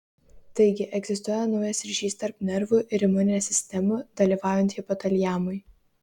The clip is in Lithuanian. taigi egzistuoja naujas ryšys tarp nervų ir imuninės sistemų dalyvaujant hipotaliamui